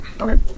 Okay